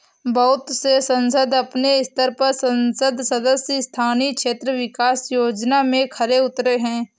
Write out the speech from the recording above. बहुत से संसद अपने स्तर पर संसद सदस्य स्थानीय क्षेत्र विकास योजना में खरे उतरे हैं